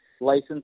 license